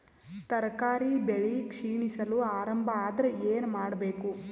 ತರಕಾರಿ ಬೆಳಿ ಕ್ಷೀಣಿಸಲು ಆರಂಭ ಆದ್ರ ಏನ ಮಾಡಬೇಕು?